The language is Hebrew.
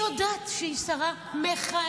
-- היא יודעת שהיא שרה מכהנת,